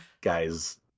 guys